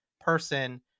person